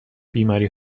بیماری